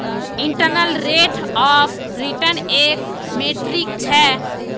internal rate of return एक metric छ